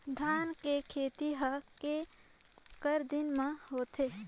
धान के खेती हर के करा दिन म होथे?